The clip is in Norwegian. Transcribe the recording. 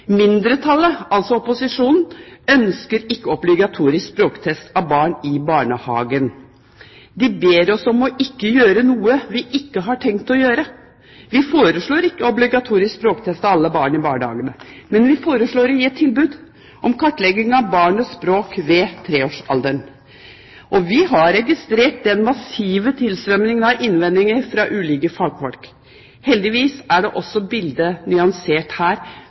Mindretallet – altså opposisjonen – ønsker ikke obligatorisk språktest av barn i barnehagen. De ber oss om ikke å gjøre noe vi ikke har tenkt å gjøre. Vi foreslår ikke obligatorisk språktest av alle barn i barnehagene, men vi foreslår å gi et tilbud om kartlegging av barnets språk ved treårsalderen. Vi har registrert den massive tilstrømmingen av innvendinger fra ulike fagfolk. Heldigvis er også dette bildet nyansert.